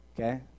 Okay